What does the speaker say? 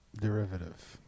derivative